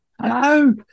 Hello